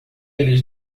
eles